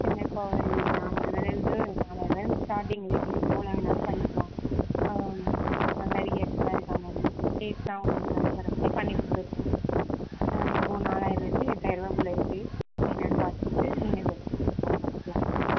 என்னப்பா ஒரு நாலாயிரம் ரூபாயிலேருந்து நாலாயிரம் ரூபாயிலேருந்து ஸ்டார்ட்டிங் இருக்குது எவ்வளோ வேணாலும் பண்ணிக்கலாம் ஆ நெ நிறைய தகுந்த மாதிரி பண்ணிக் கொடுத்துறோம் இப்போது நாலாயிரம் ரூபாயிலேருந்து எட்டாயிரம் ரூபாக்குள்ள இருக்குது நீங்கள் என்னென்னு பார்த்துட்டு நீங்கள் சொல்லுங்க அந்த மாதிரி பண்ணிக்கலாம் நம்ம